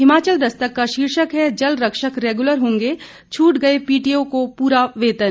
हिमाचल दस्तक का शीर्षक है जलरक्षक रेगुलर होंगे छूट गए पीटीए को पूरा वेतन